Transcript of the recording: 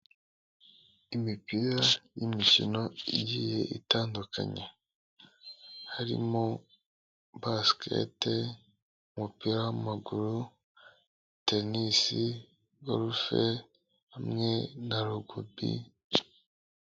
Imipira y'imikino igiye itandukanye, harimo basiketi, umupira w'amaguru, tenisi, gorufe hamwe na rugubi.